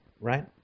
right